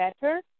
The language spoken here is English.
better